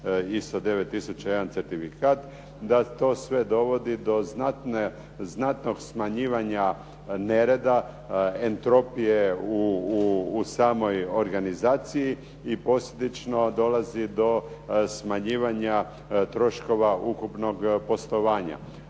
i jedan certifikat, da to sve dovodi do znatnog smanjivanja nereda, entropije u samoj organizaciji i posljedično dolazi do smanjivanja troškova ukupnog poslovanja.